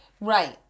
right